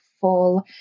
full